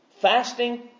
Fasting